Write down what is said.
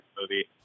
movie